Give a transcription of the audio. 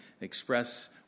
express